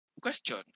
Question